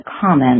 comment